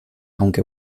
aunque